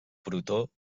protó